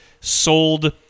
sold